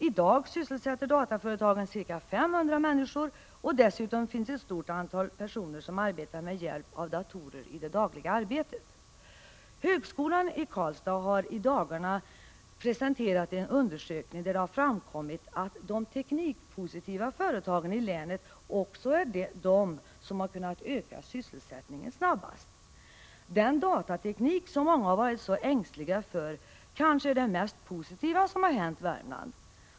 I dag sysselsätter dataföretagen ca 500 personer, och dessutom finns ett stort antal människor som arbetar med hjälp av datorer i den dagliga verksamheten. Högskolan i Karlstad har i dagarna presenterat en undersökning, där det framkommit att de teknikpositiva företagen också är de som har kunnat öka sysselsättningen snabbast. Den datateknik som många varit så ängsliga för innebär kanske det mest positiva som hänt Värmland.